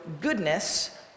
goodness